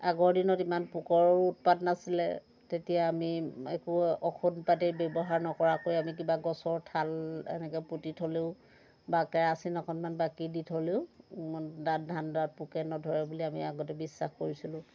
আগৰ দিনত ইমান পোকৰো উৎপাত নাছিলে তেতিয়া আমি একো ঔষধ পাতি ব্যৱহাৰ নকৰাকৈ আমি কিবা গছৰ ঠাল এনেকৈ পুতি থ'লেও বা কেৰাচিন অকণমান বাকি দি থ'লেও ধানডৰাত পোকে নধৰে বুলি আমি আগতে বিশ্বাস কৰিছিলোঁ